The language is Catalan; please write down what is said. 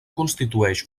constitueix